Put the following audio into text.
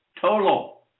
Total